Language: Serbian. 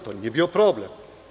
To nije bio problem.